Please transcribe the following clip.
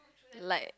like